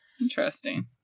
Interesting